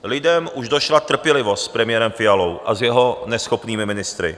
Lidem už došla trpělivost s premiérem Fialou a s jeho neschopnými ministry.